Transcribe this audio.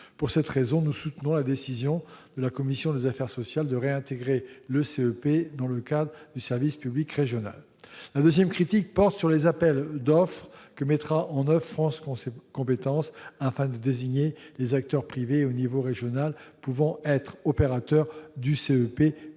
Pour cette raison, nous soutenons la décision de la commission des affaires sociales de réintégrer le CEP dans le cadre du SPRO. La seconde critique porte sur les appels d'offres que mettra en oeuvre France compétences pour désigner les acteurs privés au plan régional qui pourront être opérateurs du CEP pour